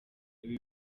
ibi